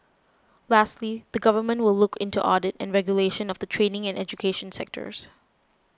lastly the government will look into audit and regulation of the training and education sectors